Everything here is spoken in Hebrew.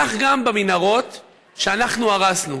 כך גם במנהרות שאנחנו הרסנו.